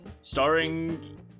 starring